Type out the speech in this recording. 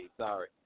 Sorry